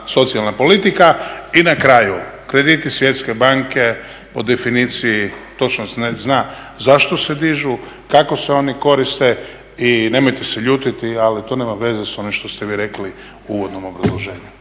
socijalna politika. I na kraju, krediti Svjetske banke po definiciji točno se zna zašto se dižu, kako se oni koriste i nemojte se ljutiti ali to nema veze s onim što ste vi rekli u uvodnom obrazloženju.